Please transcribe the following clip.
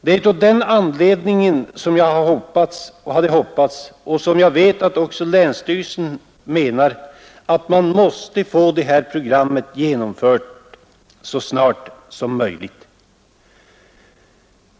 Det är av den anledningen jag hoppas — och jag vet att det också är länsstyrelsens uppfattning — att det här skogsprogrammet genomförs så snart som möjligt.